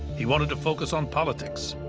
he wanted to focus on politics.